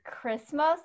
Christmas